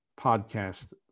podcast